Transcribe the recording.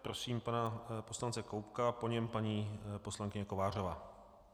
Prosím pana poslance Koubka, po něm paní poslankyně Kovářová.